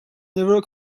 never